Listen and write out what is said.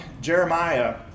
Jeremiah